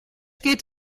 geht